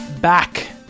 back